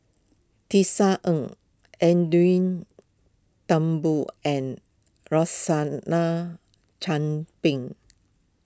Tisa Ng Edwin Thumboo and Rosaline Chan Ping